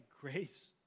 grace